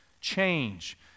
change